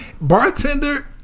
bartender